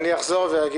אחזור על זה.